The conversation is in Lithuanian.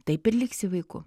taip ir liksi vaiku